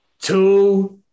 Two